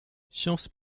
sciences